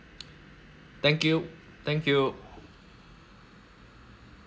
thank you thank you